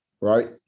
right